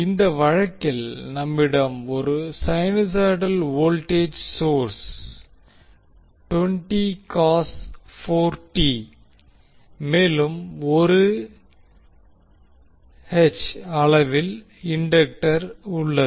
இந்த வழக்கில் நம்மிடம் ஒரு sinusoidal voltage source 20cos 4t மேலும் 1H அளவில் இண்டக்டர் உள்ளது